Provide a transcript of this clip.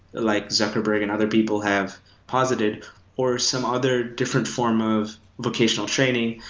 like zuckerberg and other people have posited or some other different form of vocational training.